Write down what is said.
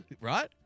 Right